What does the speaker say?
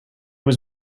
was